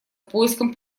поиском